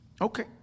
Okay